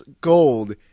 gold